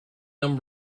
them